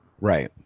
Right